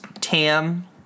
Tam